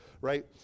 right